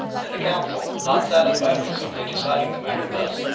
and the council, not satisfied with simply deciding the matter thus,